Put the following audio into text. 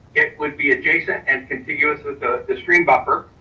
it would be adjacent and contiguous with the the stream buffer.